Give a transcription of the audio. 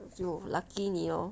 就 lucky 你 lor